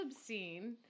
obscene